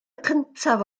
cyntaf